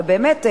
ובאמת,